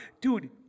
Dude